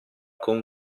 con